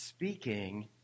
speaking